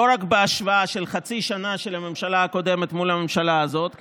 לא רק בהשוואה של חצי שנה של הממשלה הקודמת מול הממשלה הזאת,